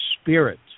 Spirit